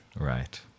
Right